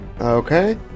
Okay